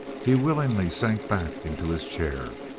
he willingly sank back into his chair.